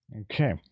Okay